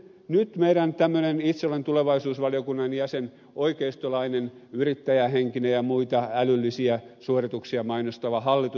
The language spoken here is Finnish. nyt meillä on tämmöinen itse olen tulevaisuusvaliokunnan jäsen oikeistolainen yrittäjähenkinen ja muita älyllisiä suorituksia mainostava hallitus